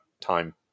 time